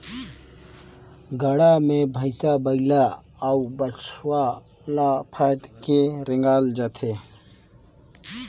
गाड़ा मे भइसा बइला अउ बछवा ल फाएद के रेगाल जाथे